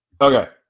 Okay